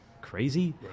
crazy